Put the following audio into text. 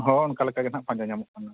ᱦᱚᱸ ᱚᱱᱠᱟ ᱞᱮᱠᱟᱜᱮ ᱦᱟᱜ ᱯᱟᱸᱡᱟ ᱧᱟᱢᱚᱜ ᱠᱟᱱᱟ